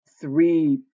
three